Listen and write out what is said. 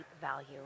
value